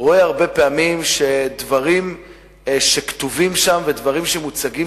רואה שדברים שכתובים שם ודברים שמוצגים